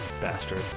Bastard